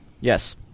Yes